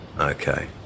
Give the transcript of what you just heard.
Okay